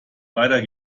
weiter